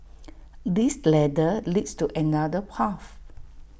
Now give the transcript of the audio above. this ladder leads to another path